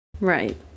right